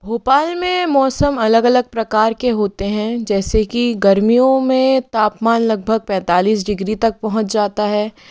भोपाल में मौसम अलग अलग प्रकार के होते हैं जैसे कि गर्मियों में तापमान लगभग पैंतालीस डिग्री तक पहुंच जाता है